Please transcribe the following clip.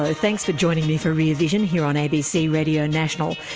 ah thanks for joining me for rear vision here on abc radio national.